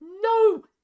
no